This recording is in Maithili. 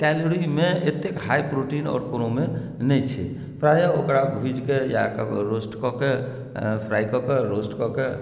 कैलोरीमे एतेक हाइ प्रोटीन आओर कोनोमे नहि छै प्रायः ओकरा भुजि के या केकरो रोस्ट कऽ के फ्राइ कऽ के रोस्ट कऽ